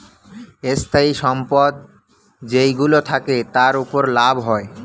স্থায়ী সম্পদ যেইগুলো থাকে, তার উপর লাভ হয়